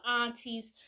aunties